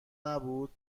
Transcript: نبود